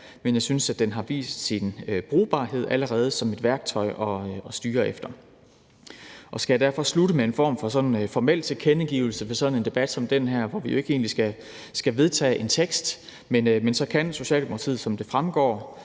men jeg synes, at den allerede har vist sin brugbarhed som et værktøj at styre efter. Jeg skal derfor slutte med en form for formel tilkendegivelse ved en debat som den her, hvor vi ikke egentlig skal vedtage en tekst, ved at sige, at Socialdemokratiet, som det fremgår,